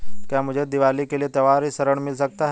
क्या मुझे दीवाली के लिए त्यौहारी ऋण मिल सकता है?